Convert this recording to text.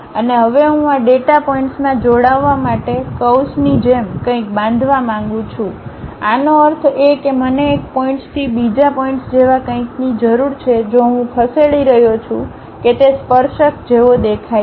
અને હવે હું આ ડેટા પોઇન્ટ્સમાં જોડાવા માટે કર્વ્સની જેમ કંઈક બાંધવા માંગું છું આનો અર્થ એ કે મને એક પોઇન્ટ્સથી બીજા પોઇન્ટ્સ જેવા કંઈકની જરૂર છે જો હું ખસેડી રહ્યો છું કે તે સ્પર્શક જેવો દેખાય છે